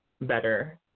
better